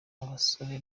abasore